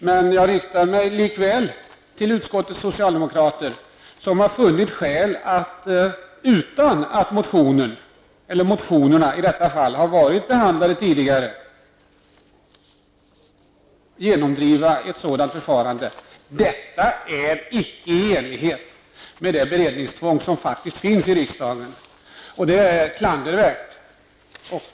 Men jag riktar mig likväl till utskottets socialdemokrater, som har funnit skäl att utan att motionerna i detta fall har varit behandlade tidigare genomdriva ett sådant förfarande. Detta är inte enlighet med det beredningstvång som faktiskt finns i riksdagen. Förfarandet är klandervärt.